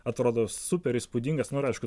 atrodo super įspūdingas nu ir aišku